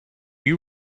you